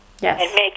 Yes